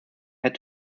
had